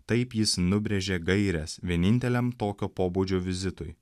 taip jis nubrėžė gaires vieninteliam tokio pobūdžio vizitui